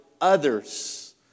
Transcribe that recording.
others